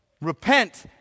repent